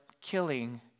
killing